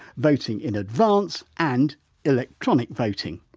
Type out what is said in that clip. voting in advance and electronic voting.